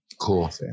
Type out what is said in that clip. Cool